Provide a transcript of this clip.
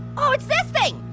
oh! it's this thing.